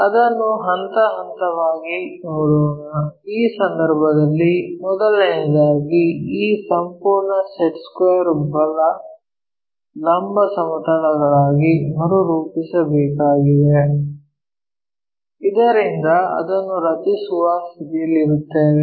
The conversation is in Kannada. ಅದನ್ನು ಹಂತ ಹಂತವಾಗಿ ನೋಡೋಣ ಆ ಸಂದರ್ಭದಲ್ಲಿ ಮೊದಲನೆಯದಾಗಿ ಈ ಸಂಪೂರ್ಣ ಸೆಟ್ ಸ್ಕ್ವೇರ್ ಬಲ ಲಂಬ ಸಮತಲಗಳಾಗಿ ಮರುರೂಪಿಸಬೇಕಾಗಿದೆ ಇದರಿಂದ ಅದನ್ನು ರಚಿಸುವ ಸ್ಥಿತಿಯಲ್ಲಿರುತ್ತೇವೆ